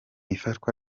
ifatwa